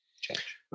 change